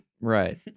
Right